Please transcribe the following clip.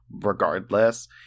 regardless